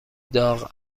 داغ